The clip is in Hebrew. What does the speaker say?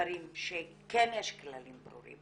דברים שכן יש כללים ברורים